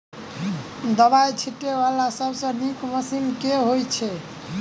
दवाई छीटै वला सबसँ नीक मशीन केँ होइ छै?